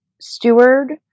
steward